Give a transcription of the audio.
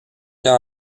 ans